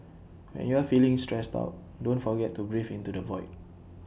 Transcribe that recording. when you are feeling stressed out don't forget to breathe into the void